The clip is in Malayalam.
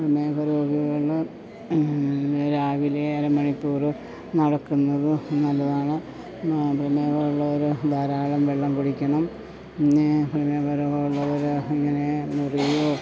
പ്രമേഹരോഗികൾ രാവിലെ അര മണിക്കൂർ നടക്കുന്നത് നല്ലതാണ് പ്രമേഹം ഉള്ളവർ ധാരാളം വെള്ളം കുടിക്കണം പിന്നെ പ്രമേഹ രോഗം ഉള്ളവർ ഇങ്ങനെ മുറിയോ